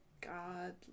god